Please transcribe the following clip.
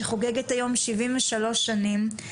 שחוגגת היום 73 שנים.